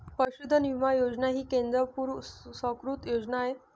पशुधन विमा योजना ही केंद्र पुरस्कृत योजना आहे